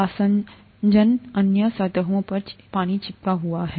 आसंजन अन्य सतहों पर पानी चिपका हुआ है